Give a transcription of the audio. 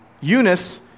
Eunice